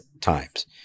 times